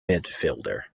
midfielder